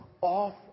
off